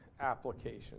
application